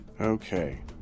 Okay